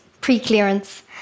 pre-clearance